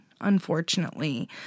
unfortunately